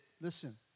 listen